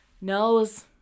nose